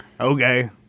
Okay